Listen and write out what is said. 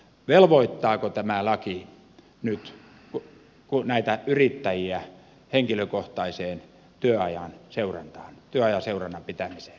velvoittaako tämä laki nyt näitä yrittäjiä henkilökohtaiseen työajan seurannan pitämiseen ja kirjaamiseen